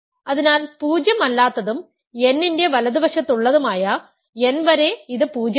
അതിനാൽ പൂജ്യം അല്ലാത്തതും n ന്റെ വലതുവശത്തുള്ളതുമായ n വരെ ഇത് 0 ആണ്